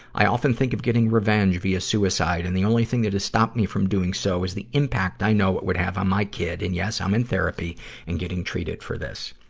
i often think of getting revenge via suicide, and the only thing that has stopped me from doing so is the impact i know it would have on my kid. and, yes, i'm in therapy and getting treated for this.